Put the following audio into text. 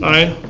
aye.